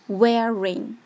wearing